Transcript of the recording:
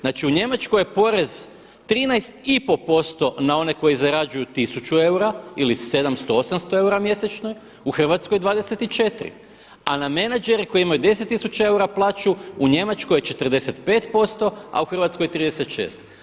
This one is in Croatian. Znači u Njemačkoj je porez 13,5% na one koji zarađuju tisuću eura ili 700, 800 eura mjesečno, u Hrvatskoj 24 a na menadžere koji imaju 10 tisuća eura plaću u Njemačkoj je 45% a u Hrvatskoj 36.